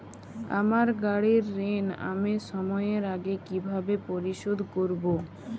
আমার গাড়ির ঋণ আমি সময়ের আগে কিভাবে পরিশোধ করবো?